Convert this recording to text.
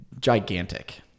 gigantic